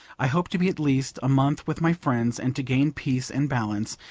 i hope to be at least a month with my friends, and to gain peace and balance,